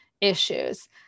issues